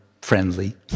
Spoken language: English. friendly